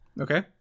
Okay